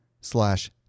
slash